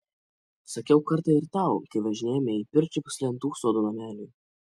sakiau kartą ir tau kai važinėjome į pirčiupius lentų sodo nameliui